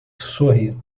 sorri